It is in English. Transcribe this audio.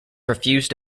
refused